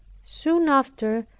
soon after,